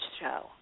show